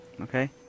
Okay